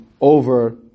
over